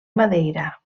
madeira